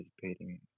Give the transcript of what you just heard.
participating